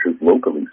locally